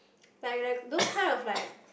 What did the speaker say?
like like those kind of like